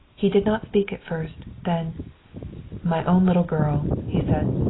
he did not speak at first. then my own little girl, he said.